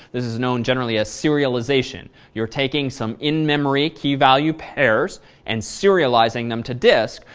this is known, generally, as serialization. you're taking some in memory, key value pairs and serializing them to disk,